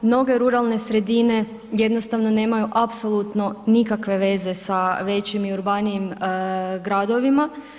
Mnoge ruralne sredine jednostavno nemaju apsolutno nikakve veze sa većim i urbanijim gradovima.